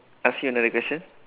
ask you another question